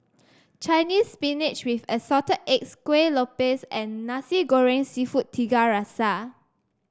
Chinese Spinach with Assorted Eggs Kueh Lopes and Nasi Goreng seafood Tiga Rasa